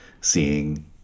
seeing